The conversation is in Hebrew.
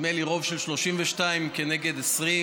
נדמה לי, ברוב של 32 כנגד 24,